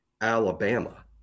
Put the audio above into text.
Alabama